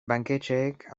banketxeek